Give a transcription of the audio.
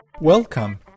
Welcome